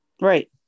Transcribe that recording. right